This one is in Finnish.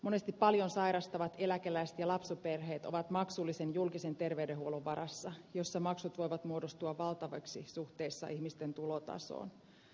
monesti paljon sairastavat eläkeläiset ja lapsiperheet ovat maksullisen julkisen terveydenhuollon varassa jossa maksut voivat muodostua valtaviksi suhteessa ihmisten tulotasoon